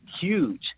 huge